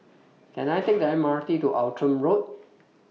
Can I Take The M R T to Outram Road